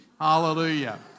Hallelujah